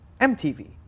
MTV